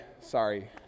Sorry